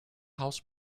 house